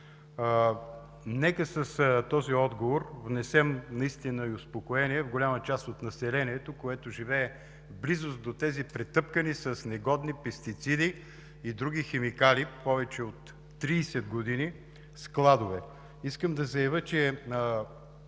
Нека с този отговор внесем наистина и успокоение в голяма част от неселението, което живее в близост до тези складове, претъпкани с негодни пестициди и други химикали повече от 30 години. Искам да заявя, че